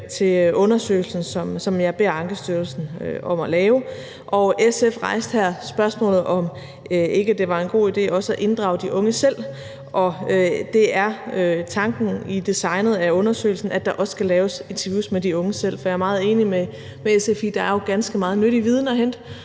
til undersøgelsen, som jeg beder Ankestyrelsen om at lave. SF rejste her spørgsmålet om, om ikke det var en god idé også at inddrage de unge selv. Og det er tanken i designet af undersøgelsen, at der også skal laves interviews med de unge selv. For jeg er meget enig med SF i, at der jo er ganske meget nyttig viden at hente